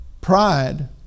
Pride